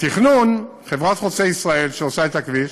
בתכנון, חברת "חוצה ישראל" שעושה את הכביש,